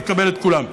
ותקבל את כולן.